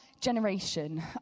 generation